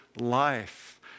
life